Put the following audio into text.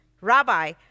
Rabbi